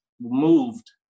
moved